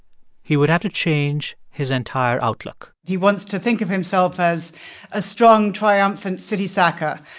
he would have to change his entire outlook he wants to think of himself as a strong, triumphant city-sacker.